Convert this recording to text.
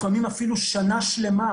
לפעמים אפילו שנה שלמה,